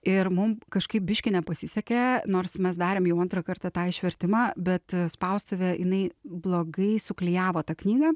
ir mum kažkaip biškį nepasisekė nors mes darėm jau antrą kartą tą išvertimą bet spaustuvė jinai blogai suklijavo tą knygą